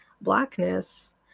blackness